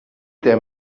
der